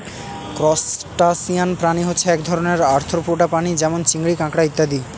crustacean প্রাণী হচ্ছে এক ধরনের আর্থ্রোপোডা প্রাণী যেমন চিংড়ি, কাঁকড়া ইত্যাদি